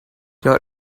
your